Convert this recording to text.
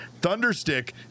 Thunderstick